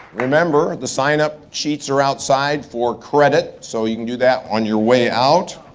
remember, the sign-up sheets are outside for credit so you can do that on your way out.